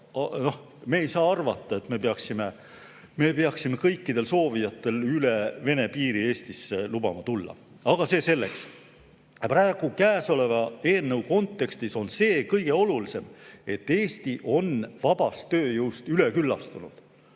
Me ei saa arvata, et me peaksime lubama kõikidel soovijatel üle Vene piiri Eestisse tulla. Aga see selleks. Praegu, käesoleva eelnõu kontekstis on kõige olulisem see, et Eesti on vabast tööjõust üleküllastunud.